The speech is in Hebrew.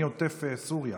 אני עוטף-סוריה.